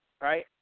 right